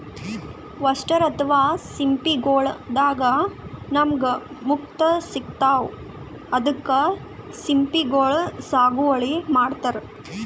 oyster ಅಥವಾ ಸಿಂಪಿಗೊಳ್ ದಾಗಾ ನಮ್ಗ್ ಮುತ್ತ್ ಸಿಗ್ತಾವ್ ಅದಕ್ಕ್ ಸಿಂಪಿಗೊಳ್ ಸಾಗುವಳಿ ಮಾಡತರ್